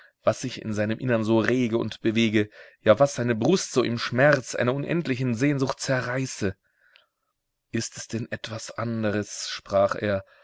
was sich in seinem innern so rege und bewege ja was seine brust so im schmerz einer unendlichen sehnsucht zerreiße ist es denn etwas anderes sprach er